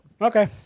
Okay